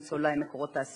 למצוא את עצמן ללא מקור פרנסה,